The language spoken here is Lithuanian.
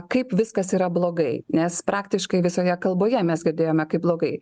kaip viskas yra blogai nes praktiškai visoje kalboje mes girdėjome kaip blogai